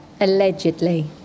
Allegedly